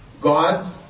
God